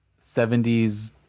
70s